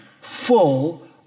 full